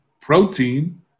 Protein